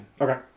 Okay